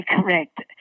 correct